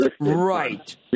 Right